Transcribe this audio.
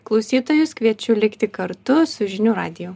klausytojus kviečiu likti kartu su žinių radiju